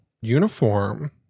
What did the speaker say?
uniform